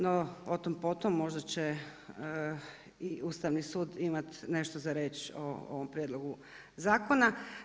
No, o tom, potom, možda će i Ustavni sud imati nešto za reći o ovom prijedlogu zakona.